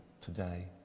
today